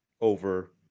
over